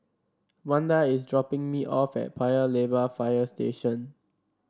Wanda is dropping me off at Paya Lebar Fire Station